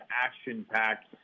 action-packed